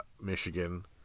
Michigan